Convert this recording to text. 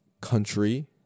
country